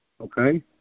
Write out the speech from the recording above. okay